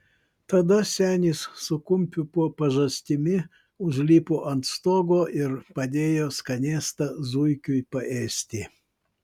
tada senis su kumpiu po pažastimi užlipo ant stogo ir padėjo skanėstą zuikiui paėsti